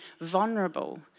vulnerable